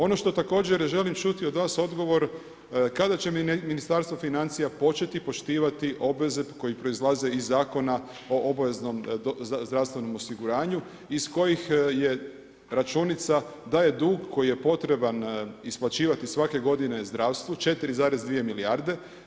Ono što također želim čuti od vas odgovor kada će Ministarstvo financija početi poštivati obveze koje proizlaze iz Zakona o obaveznom zdravstvenom osiguranju iz kojih je računica da je dug koji je potreban isplaćivati svake godine zdravstvu 4,2 milijarde.